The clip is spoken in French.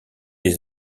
ces